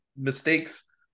mistakes